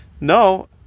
No